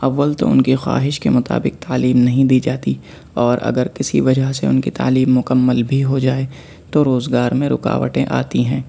اّوَّل تو ان کی خواہش کے مطابق تعلیم نہیں دی جاتی اور اگر کسی وجہ سے ان کی تعلیم مکمل بھی ہو جائے تو روزگار میں رکاوٹیں آتی ہیں